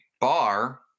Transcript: bar